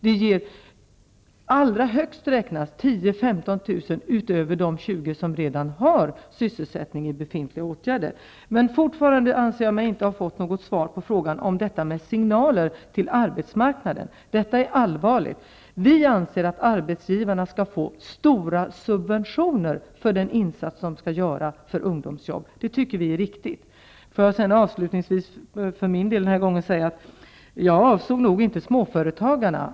De ger allra högst räknat 10 000 à 15 000 utöver de 20 000 som redan har sysselsättning i befintliga åtgärdsprogram. Men fortfarande anser jag mig inte ha fått något svar på frågan om de signaler som ges till arbetsmarknaden: Regeringen anser att arbetsgivarna skall få stora subventioner för den insats som skall göras för ungdomsjobb! Låt mig avslutningsvis för min del den här gången säga att jag avsåg inte småföretagarna.